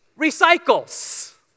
recycles